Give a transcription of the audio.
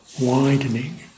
Widening